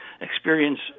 experience